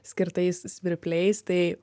skirtais svirpliais tai